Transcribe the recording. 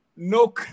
no